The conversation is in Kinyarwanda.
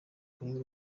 kunywa